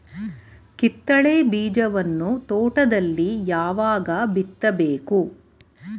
ಕಿತ್ತಳೆ ಬೀಜವನ್ನು ತೋಟದಲ್ಲಿ ಯಾವಾಗ ಬಿತ್ತಬೇಕು?